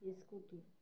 scooty